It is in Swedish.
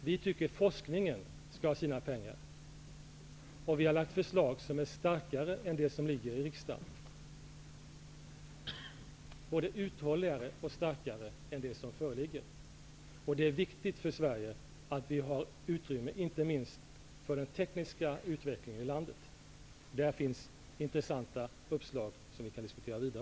Vi tycker att forskningen skall ha sina pengar, och vi har lagt fram förslag som är både uthålligare och starkare än de som ligger på riksdagens bord. Det är viktigt för Sverige att vi har utrymme, inte minst för den tekniska utvecklingen i landet. Där finns intressanta uppslag som vi kan diskutera vidare.